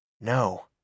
No